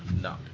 No